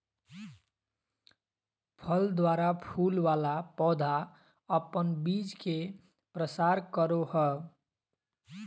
फल द्वारा फूल वाला पौधा अपन बीज के प्रसार करो हय